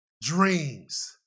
Dreams